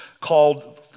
called